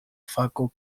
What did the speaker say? fako